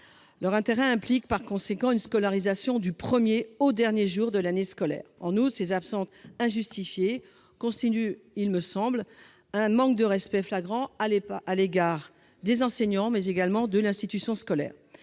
Leur intérêt implique par conséquent une scolarisation du premier au dernier jour de l'année scolaire. En outre, ces absences injustifiées constituent, il me semble, un manque de respect flagrant à l'égard des enseignants et de l'institution.